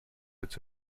its